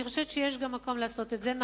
אני חושבת שיש מקום לעשות את זה גם כאן.